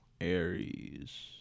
Aries